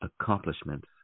accomplishments